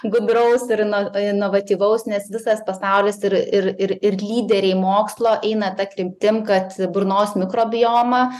gudraus ir na inovatyvaus nes visas pasaulis ir ir ir ir lyderiai mokslo eina ta kryptim kad burnos mikrobioma